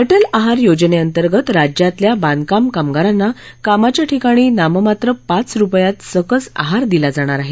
अटल आहार योजनेअंतर्गत राज्यातल्या बांधकाम कामगारांना कामाच्या ठिकाणी नाममात्र पाच रूपयात सकस आहार दिला जाणार आहे